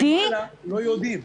אז יכול להיות שלמעלה לא יודעים.